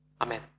amen